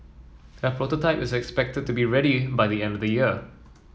a prototype is expected to be ready by the end of the year